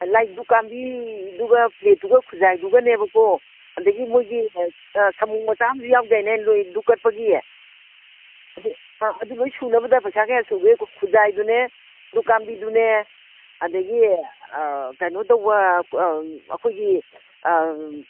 ꯂꯥꯏꯗꯨꯛ ꯀꯝꯕꯤꯗꯨꯒ ꯄ꯭ꯂꯦꯠꯇꯨꯒ ꯈꯨꯖꯥꯏꯗꯨꯒꯅꯦꯕꯀꯣ ꯑꯗꯒꯤ ꯃꯣꯏꯒꯤ ꯑꯥ ꯁꯥꯃꯨꯛ ꯃꯆꯥ ꯑꯃꯁꯨ ꯌꯥꯎꯗꯥꯏꯅꯦ ꯗꯨꯛ ꯀꯠꯄꯒꯤ ꯑꯗꯨ ꯑꯥ ꯑꯗꯨ ꯂꯣꯏ ꯁꯨꯅꯕꯗ ꯄꯩꯁꯥ ꯀꯌꯥ ꯁꯨꯒꯦ ꯈꯨꯖꯥꯏꯗꯨꯅꯦ ꯗꯨꯛ ꯀꯝꯕꯤꯗꯨꯅꯦ ꯑꯗꯒꯤ ꯀꯩꯅꯣ ꯇꯧꯕ ꯑꯩꯈꯣꯏꯒꯤ